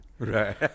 right